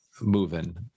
moving